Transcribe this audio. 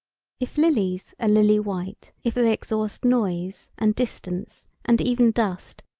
if lilies are lily white if they exhaust noise and distance and even dust,